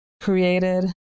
created